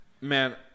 man